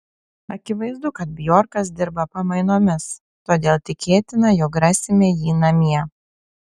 akivaizdu kad bjorkas dirba pamainomis todėl tikėtina jog rasime jį namie